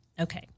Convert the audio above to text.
Okay